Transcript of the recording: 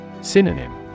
Synonym